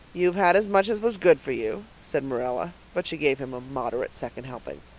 you've had as much as was good for you, said marilla but she gave him a moderate second helping.